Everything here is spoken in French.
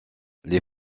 les